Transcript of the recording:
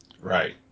Right